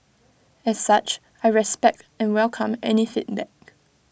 as such I respect and welcome any feedback